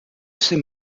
c’est